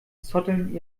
zotteln